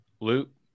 loot